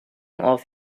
off